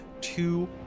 two